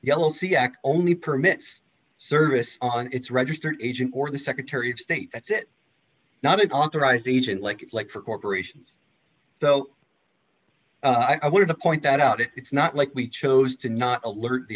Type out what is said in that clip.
yellow siac only permits service on its registered agent or the secretary of state that's it not an authorized agent like like for corporations so i wanted to point that out it's not like we chose to not alert the